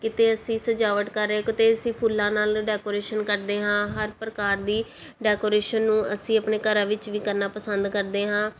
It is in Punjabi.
ਕਿਤੇ ਅਸੀਂ ਸਜਾਵਟ ਕਰ ਰਹੇ ਕਿਤੇ ਅਸੀਂ ਫੁੱਲਾਂ ਨਾਲ ਡੈਕੋਰੇਸ਼ਨ ਕਰਦੇ ਹਾਂ ਹਰ ਪ੍ਰਕਾਰ ਦੀ ਡੈਕੋਰੇਸ਼ਨ ਨੂੰ ਅਸੀਂ ਆਪਣੇ ਘਰਾਂ ਵਿੱਚ ਵੀ ਕਰਨਾ ਪਸੰਦ ਕਰਦੇ ਹਾਂ